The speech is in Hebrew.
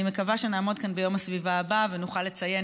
אני מקווה שנעמוד כאן ביום הסביבה הבא ונוכל לציין